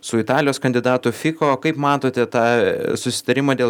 su italijos kandidatu fiko kaip matote tą susitarimą dėl